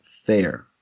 fair